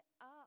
up